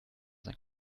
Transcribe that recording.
sein